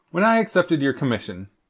when i accepted your commission,